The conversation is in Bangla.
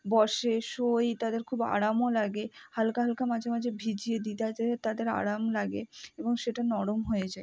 বসে শোয় তাদের খুব আরামও লাগে হালকা হালকা মাঝে মাঝে ভিজিয়ে দিই যাতে তাদের আরাম লাগে এবং সেটা নরম হয়ে যায়